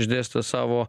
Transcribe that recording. išdėstė savo